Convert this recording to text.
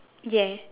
yes